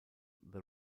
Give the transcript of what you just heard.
the